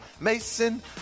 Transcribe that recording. Mason